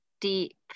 deep